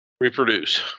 reproduce